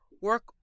work